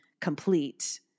complete